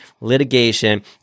litigation